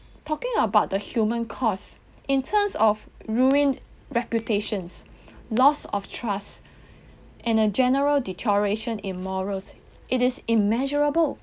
talking about the human costs in terms of ruined reputations loss of trust and a general deterioration in morals it is immeasurable